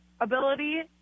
ability